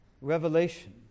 revelation